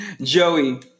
Joey